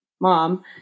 mom